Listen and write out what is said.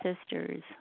sisters